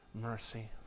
mercy